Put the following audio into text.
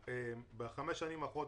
בחמש השנים האחרונות,